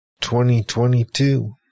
2022